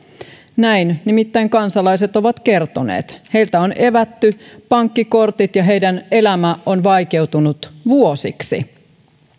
näin nimittäin kansalaiset ovat kertoneet heiltä on evätty pankkikortit ja heidän elämänsä on vaikeutunut vuosiksi